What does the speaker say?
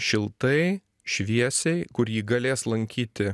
šiltai šviesiai kur jį galės lankyti